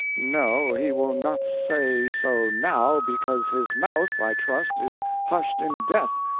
no, he will not say so now, because his mouth, i trust, is hushed in death,